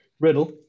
Riddle